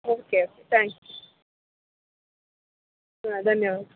okay thanks ಹಾಂ ಧನ್ಯವಾದ